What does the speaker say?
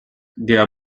their